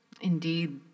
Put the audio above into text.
indeed